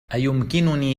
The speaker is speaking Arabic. أيمكنني